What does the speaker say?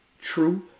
True